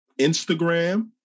Instagram